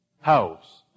house